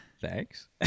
Thanks